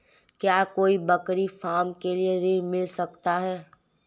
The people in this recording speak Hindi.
क्या कोई बकरी फार्म के लिए ऋण मिल सकता है?